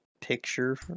picture